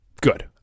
good